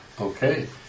Okay